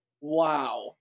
wow